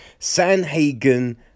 Sanhagen